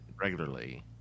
regularly